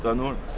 ah not